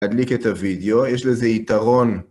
תדליק את הוידאו, יש לזה יתרון.